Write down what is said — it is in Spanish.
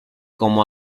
como